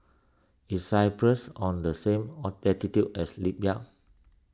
is Cyprus on the same latitude as Libya